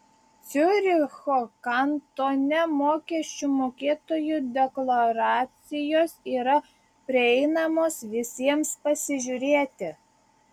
ciuricho kantone mokesčių mokėtojų deklaracijos yra prieinamos visiems pasižiūrėti